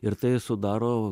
ir tai sudaro